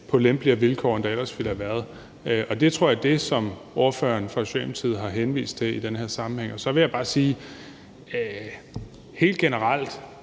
på lempeligere vilkår, end der ellers ville have været. Jeg tror, det er det, som ordføreren fra Socialdemokratiet har henvist til i den her sammenhæng. Så vil jeg bare sige, at der helt